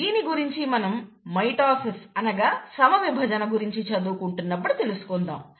దీని గురించి మనం మైటోసిస్ అనగా సమవిభజన గురించి చదువుకుంటున్నప్పుడు తెలుసుకుందాం